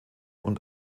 und